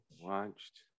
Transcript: watched